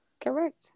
Correct